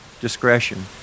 discretion